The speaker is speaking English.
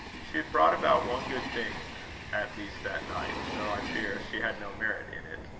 she had brought about one good thing at least that night though, i fear, she had no merit in it.